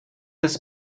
des